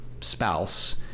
spouse